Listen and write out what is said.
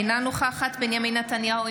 אינה נוכחת בנימין נתניהו,